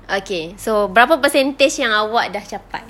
okay so berapa percentage yang awak sudah capai